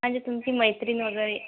म्हणजे तुमची मैत्रीण वगैरे